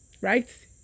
Right